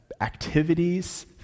activities